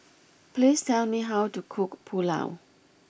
please tell me how to cook Pulao